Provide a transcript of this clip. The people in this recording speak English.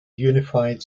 unified